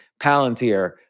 Palantir